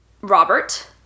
Robert